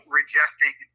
rejecting